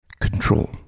Control